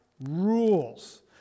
rules